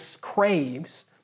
craves